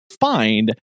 find